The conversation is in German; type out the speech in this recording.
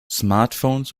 smartphones